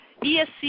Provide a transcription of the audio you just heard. ESC